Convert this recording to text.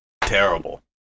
Terrible